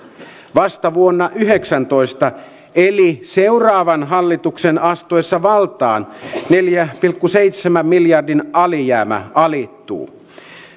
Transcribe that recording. vasta vuonna yhdeksäntoista eli seuraavan hallituksen astuessa valtaan neljän pilkku seitsemän miljardin alijäämä alittuu